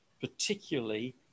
particularly